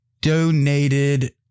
donated